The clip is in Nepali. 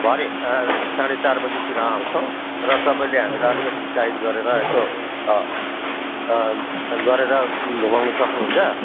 भरे साढे चार बजीतिर आउँछौँ र तपाईँले हामीलाई अलिकति गाइड गरेर यसो गरेर घुमाउनु सक्नुहुन्छ